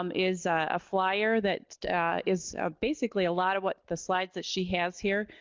um is a flier that is ah basically a lot of what the slides that she has here.